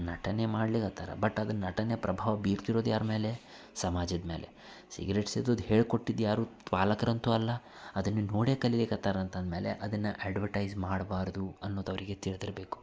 ನಟನೆ ಮಾಡಲಿಕತ್ತಾರ ಬಟ್ ಅದು ನಟನೆ ಪ್ರಭಾವ ಬೀರ್ತಿರೋದು ಯಾರ ಮೇಲೆ ಸಮಾಜದ ಮೇಲೆ ಸಿಗ್ರೇಟ್ ಸೇದೋದು ಹೇಳ್ಕೊಟ್ಟಿದ್ದು ಯಾರು ಪಾಲಕರಂತೂ ಅಲ್ಲ ಅದನ್ನು ನೋಡೇ ಕಲಿಲಿಕತ್ತಾರ ಅಂತ ಅಂದಮೇಲೆ ಅದನ್ನು ಅಡ್ವಟೈಝ್ ಮಾಡಬಾರ್ದು ಅನ್ನೋದು ಅವ್ರಿಗೆ ತಿಳಿದಿರ್ಬೇಕು